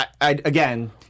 again